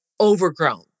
overgrown